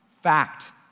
fact